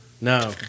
No